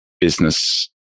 business